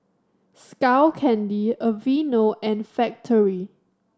Skull Candy Aveeno and Factorie